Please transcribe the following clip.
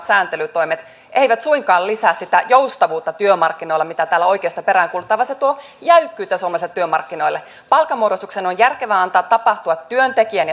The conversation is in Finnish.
sääntelytoimet eivät suinkaan lisää sitä joustavuutta työmarkkinoilla mitä täällä oikeisto peräänkuuluttaa vaan se tuo jäykkyyttä suomessa työmarkkinoille palkanmuodostuksen on järkevää antaa tapahtua työntekijän